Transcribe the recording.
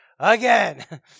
Again